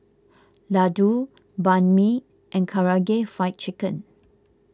Ladoo Banh Mi and Karaage Fried Chicken